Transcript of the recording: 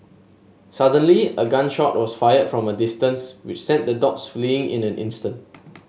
suddenly a gun shot was fired from a distance which sent the dogs fleeing in an instant